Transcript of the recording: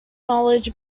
knowledge